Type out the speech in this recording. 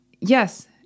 Yes